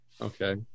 Okay